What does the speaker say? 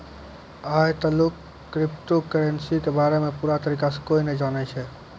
आय तलुक crypto currency के बारे मे पूरा तरीका से कोय नै जानै छै